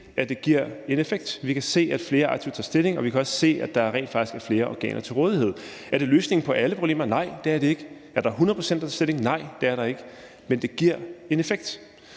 at det giver en effekt. Vi kan se, at flere aktivt tager stilling, og vi kan også se, at der rent faktisk er flere organer til rådighed. Er det løsningen på alle problemer? Nej, det er det ikke. Er det 100 pct., der tager stilling? Nej, det er det ikke. Men det giver en effekt,